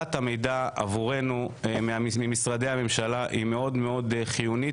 קבלת המידע ממשרדי הממשלה מאוד מאוד חיונית,